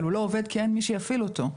אבל הוא לא עובד כי אין מי שיפעיל אותו.